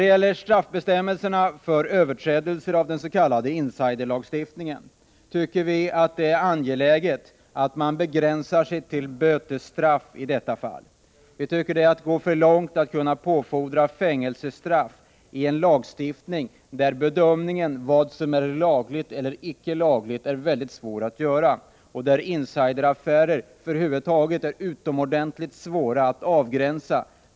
Beträffande straffbestämmelserna för överträdelser av ”insider”-lagstiftningen finner vi det angeläget med en begränsning till bötesstraff. Det vore att gå för långt att påfordra fängelsestraff i en lagstiftning där bedömningen av vad som är lagligt eller icke lagligt är svår att göra. ”Insider”-affärer är över huvud taget utomordentligt svåra att avgränsa.